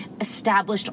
established